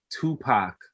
Tupac